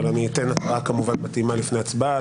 אתן כמובן התראה מקדימה לפני הצבעה.